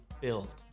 build